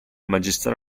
magistero